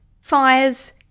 fires